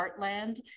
Heartland